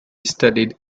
studied